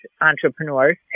entrepreneurs